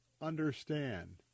understand